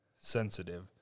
sensitive